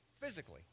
physically